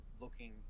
looking